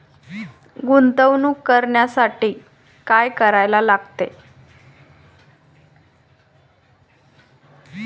गुंतवणूक करण्यासाठी काय करायला लागते?